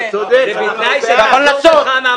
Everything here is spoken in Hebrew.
אתה צודק --- אתה יכול לנסות.